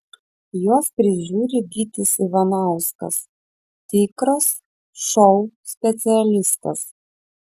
juos prižiūri gytis ivanauskas tikras šou specialistas